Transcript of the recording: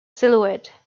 silhouette